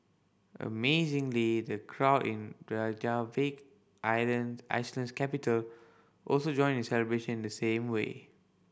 amazingly the crowd in Reykjavik island Iceland's capital also joined in the celebration the same way